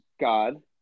God